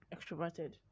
extroverted